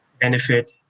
benefit